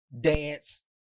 dance